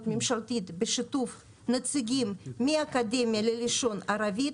הממשלתית בשיתוף נציגים מהאקדמיה ללשון ערבית,